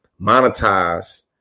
monetize